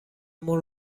مون